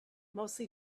mostly